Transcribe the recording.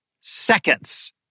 seconds